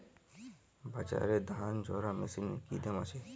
বাজারে ধান ঝারা মেশিনের কি দাম আছে?